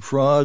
fraud